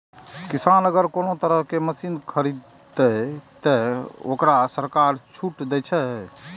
किसान अगर कोनो तरह के मशीन खरीद ते तय वोकरा सरकार छूट दे छे?